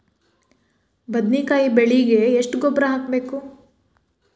ಬದ್ನಿಕಾಯಿ ಬೆಳಿಗೆ ಎಷ್ಟ ಗೊಬ್ಬರ ಹಾಕ್ಬೇಕು?